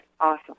awesome